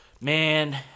man